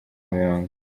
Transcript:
umuyonga